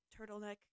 turtleneck